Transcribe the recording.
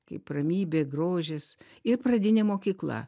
kaip ramybė grožis ir pradinė mokykla